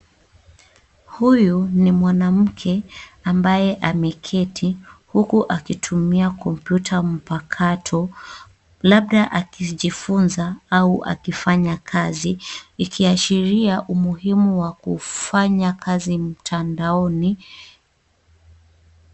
Huyu ni mwanamke ambaye ameketi huku akitumia kompyuta mpakato labda akijifunza au akifanya kazi ikiashiria umuhimu wa kufanya kazi mtandaoni.